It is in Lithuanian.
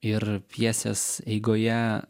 ir pjesės eigoje